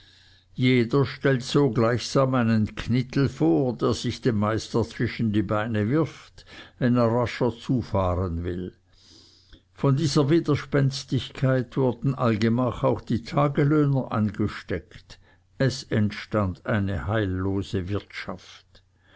jeder stellt so gleichsam einen knittel vor der sich dem meister zwischen die beine wirft wenn er rascher zufahren will von dieser widerspenstigkeit wurden allgemach auch die tagelöhner angesteckt es entstand eine heillose wirtschaft